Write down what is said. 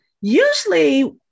usually